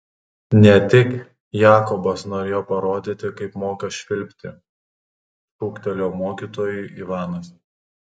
ne tik jakobas norėjo parodyti kaip moka švilpti šūktelėjo mokytojui ivanas